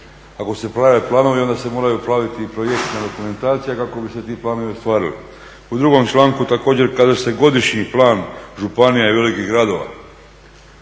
Ako se prave planovi, onda se moraju praviti i projektna dokumentacija kako bi se ti planovi ostvarili. U 2. članku također kaže se godišnji plan županija i velikih gradova.